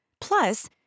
Plus